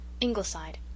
Ingleside